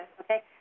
Okay